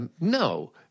No